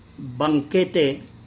banquete